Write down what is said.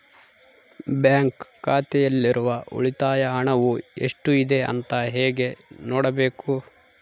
Bank ಖಾತೆಯಲ್ಲಿರುವ ಉಳಿತಾಯ ಹಣವು ಎಷ್ಟುಇದೆ ಅಂತ ಹೇಗೆ ನೋಡಬೇಕು?